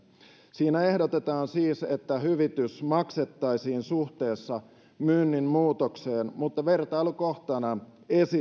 siinä ehdotetaan siis että hyvitys maksettaisiin suhteessa myynnin muutokseen mutta vertailukohtana esitetään